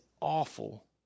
awful